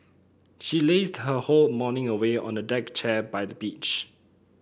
she lazed her whole morning away on a deck chair by the beach